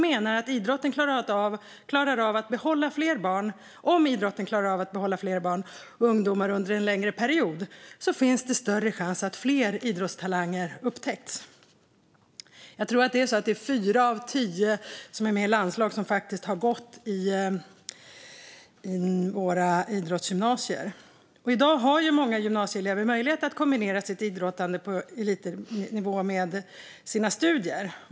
Man menar att om idrotten klarar av att behålla fler barn och ungdomar under en längre period finns det större chans att fler idrottstalanger upptäcks. Jag tror att fyra av tio som är med i landslag har gått i våra idrottsgymnasier. I dag har många gymnasieelever möjlighet att kombinera sitt idrottande på elitnivå med sina studier.